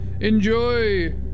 enjoy